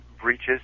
breaches